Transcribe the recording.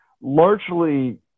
largely